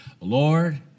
Lord